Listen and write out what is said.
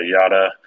yada